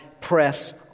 press